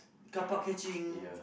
car park catching